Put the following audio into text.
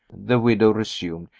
the widow resumed,